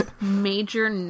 major